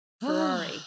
ferrari